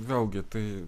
vėlgi tai